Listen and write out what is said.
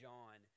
John